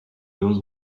knows